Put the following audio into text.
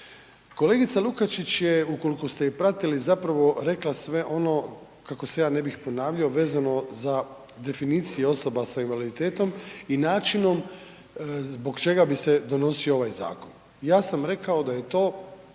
Kolegica Lukačić je ukoliko ste je pratili zapravo rekla sve ono kako se ja ne bih ponavljao vezano za definiciju osoba sa invaliditetom i načinom zbog čega bi se donosio ovaj zakon. Ja sam rekao da je to